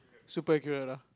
super accurate ah